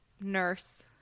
nurse